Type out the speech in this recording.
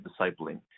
discipling